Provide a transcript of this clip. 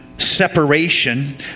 separation